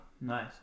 nice